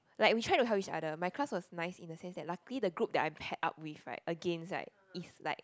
like we try to help each other my class was nice in the sense that luckily the group that I am head up with right against right is like